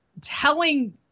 telling